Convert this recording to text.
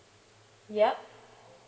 ya